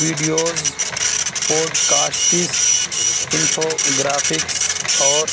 videos podcasts infographics اور